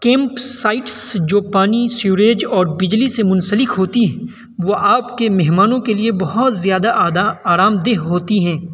camp sites جو پانی سیوریج اور بجلی سے منسلک ہوتی ہیں وہ آپ کے مہمانوں کے لیے بہت زیادہ آرام دہ ہوتی ہیں